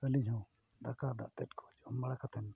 ᱟᱹᱞᱤᱧ ᱦᱚᱸ ᱫᱟᱠᱟ ᱫᱟᱜ ᱛᱮᱫ ᱠᱚ ᱡᱚᱢ ᱵᱟᱲᱟ ᱠᱟᱛᱮᱱ